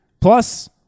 Plus